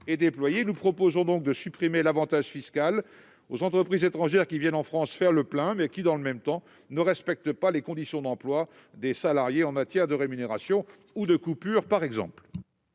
Nous proposons donc de supprimer l'avantage fiscal aux entreprises étrangères qui viennent en France faire le plein, mais qui, dans le même temps, ne respectent pas les conditions d'emploi des salariés en matière de rémunération ou de coupure, par exemple.